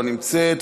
לא נמצאת,